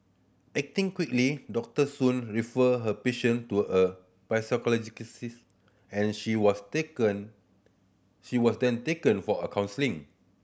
acting quickly Doctor Soon referred her patient to a and she was taken she was then taken for a counselling